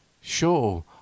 sure